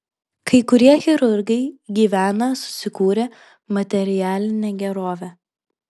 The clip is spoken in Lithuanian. kai kurie chirurgai gyvena susikūrę materialinę gerovę